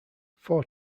four